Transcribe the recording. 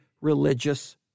religious